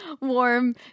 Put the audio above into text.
warm